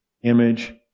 Image